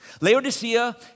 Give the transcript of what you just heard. Laodicea